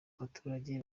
abaturage